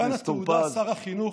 כאן התעודה, שר החינוך.